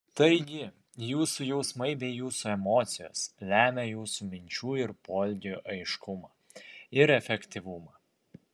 taigi jūsų jausmai bei jūsų emocijos lemia jūsų minčių ir poelgių aiškumą ir efektyvumą